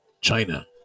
China